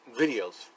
videos